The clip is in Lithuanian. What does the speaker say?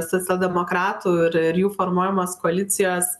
socialdemokratų ir jų formuojamos koalicijos